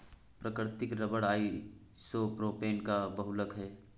प्राकृतिक rubber isopropene का बहुलक है